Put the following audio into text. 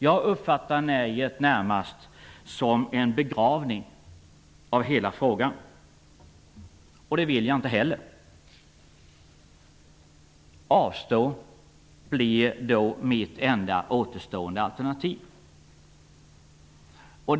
Jag uppfattar nejet närmast som en begravning av hela frågan, och det vill jag inte heller. Att avstå blir då mitt enda resterande alternativ.